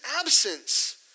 absence